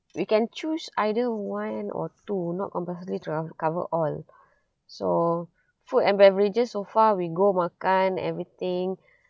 we can choose either one or two not compulsory to co~ cover all so food and beverages so far we go makan everything